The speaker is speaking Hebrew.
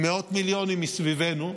עם מאות מיליונים מסביבנו,